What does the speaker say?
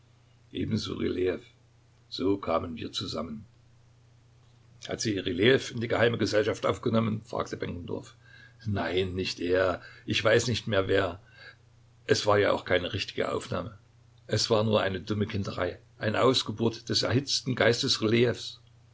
ebenso rylejew so kamen wir zusammen hat sie rylejew in die geheime gesellschaft aufgenommen fragte benkendorf nein nicht er ich weiß nicht mehr wer es war ja auch keine richtige aufnahme es war nur eine dumme kinderei eine ausgeburt des erhitzten